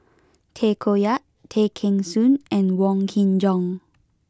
Tay Koh Yat Tay Kheng Soon and Wong Kin Jong